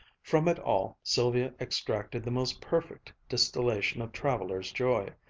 from it all sylvia extracted the most perfect distillation of traveler's joy.